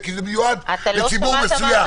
כי זה מיועד לציבור מסוים -- לא שמעת מה שאמרתי.